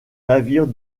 navire